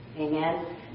Amen